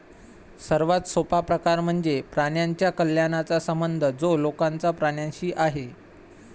सर्वात सोपा प्रकार म्हणजे प्राण्यांच्या कल्याणाचा संबंध जो लोकांचा प्राण्यांशी आहे